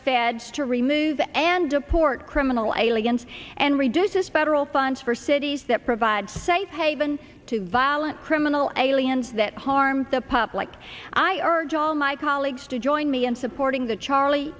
feds to remove and deport criminal aliens and reduces federal funds for cities that provide safe haven to violent criminal aliens that harm the public i urge all my colleagues to join me in supporting the charlie